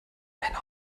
einer